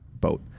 boat